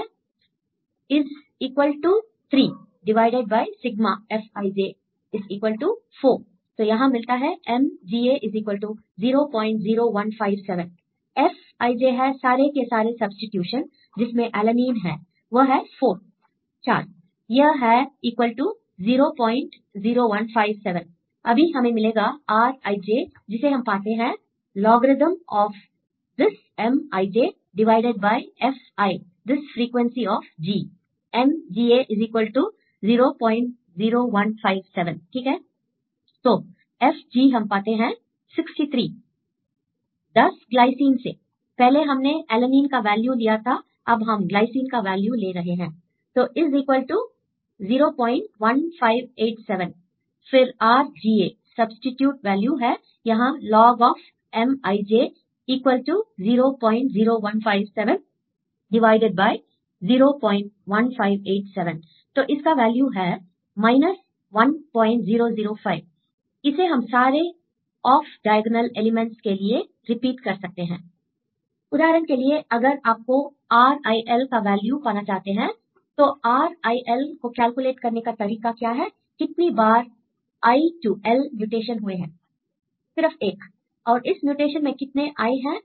student frequency of is equal to 3 divided by sigma Fij is equal to 4 तो यहां मिलता है MGA00157 Fij है सारे के सारे सब्सीट्यूशन जिसमें एलेनीन है वह है 4 यह है 00157 अभी हमें मिलेगा Rij जिसे हम पाते हैं logarithm of this Mij divided by fi this frequency of G MGA00157 ठीक है I तो fG हम पाते हैं 63 10 ग्लाइसिन से I पहले हमने एलेनाइन का वैल्यू लिया था अब हम ग्लाइसिन का वैल्यू ले रहे हैं I तो इज इक्वल टू 01587 फिर RGA सब्सीट्यूट वैल्यू है यहां log of log of Mij equal to 00157 divided by 01587 तो इसका वैल्यू value है 1005 इसे हम सारे ऑफ डायगोनल एलिमेंटoff diagonal elements के लिए रिपीट कर सकते हैं I उदाहरण के लिए अगर आपको आर आई एल का वैल्यू पाना चाहते हैं तो आर आई एल को कैलकुलेट करने का तरीका क्या है कितनी बार आई टू एल म्यूटेशन हुए हैं I स्टूडेंट 1 सिर्फ एक और इस म्यूटेशन में कितने आई हैं